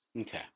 okay